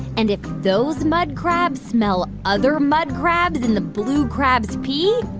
and if those mud crabs smell other mud crabs in the blue crab's pee,